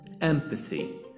Empathy –